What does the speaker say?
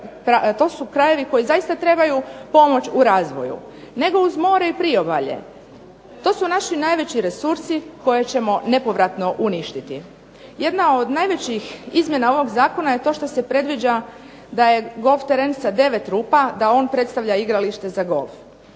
To su krajevi koji zaista trebaju pomoć u razvoju, nego uz more i priobalje. To su naši najveći resursi koje ćemo nepovratno uništiti. Jedna od najvećih izmjena ovog zakona je to što se predviđa da je golf teren sa 9 rupa da on predstavlja igralište za golf.